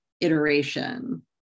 iteration